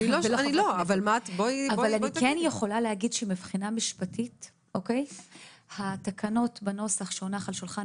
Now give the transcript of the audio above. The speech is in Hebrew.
אני כן יכולה להגיד שמבחינה משפטית התקנות בנוסח שהונח על שולחן